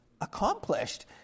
accomplished